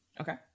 Okay